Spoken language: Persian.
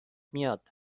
میاد